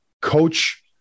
Coach